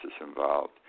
involved